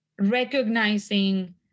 recognizing